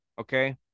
okay